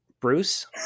Bruce